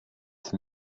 sind